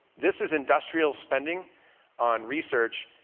this is industrial spending on research,